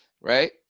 right